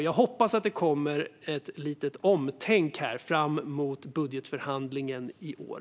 Jag hoppas att det kommer ett litet omtänk inför budgetförhandlingen i år.